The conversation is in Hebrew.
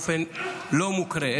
לא מקריאה,